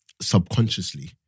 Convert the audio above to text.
Subconsciously